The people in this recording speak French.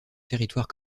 territoire